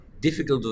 difficult